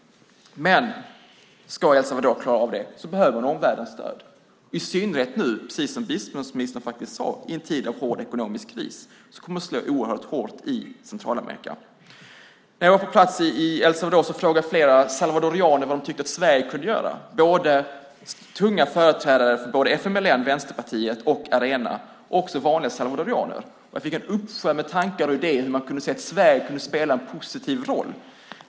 Men om El Salvador ska kunna klara av det behöver man omvärldens stöd, i synnerhet nu i en tid av hård ekonomisk kris som kommer att slå oerhört hårt mot Centralamerika, precis som biståndsministern sade. När jag var på plats i El Salvador frågade jag flera salvadoraner vad de tyckte att Sverige kunde göra. Jag frågade tunga företrädare för FMLN, vänsterpartiet, Arena och vanliga salvadoraner. Jag fick en uppsjö med tankar och idéer om hur Sverige skulle kunna spela en positiv roll.